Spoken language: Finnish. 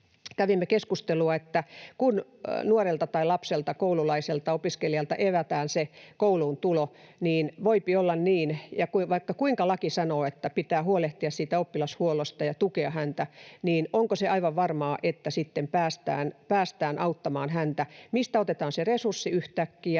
kävimme keskustelua, että kun nuorelta tai lapselta — koululaiselta, opiskelijalta — evätään se kouluun tulo, niin voipi olla niin, että vaikka kuinka laki sanoo, että pitää huolehtia siitä oppilashuollosta ja tukea häntä, niin onko se aivan varmaa, että sitten päästään auttamaan häntä: mistä otetaan se resurssi yhtäkkiä,